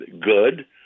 good